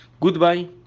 Goodbye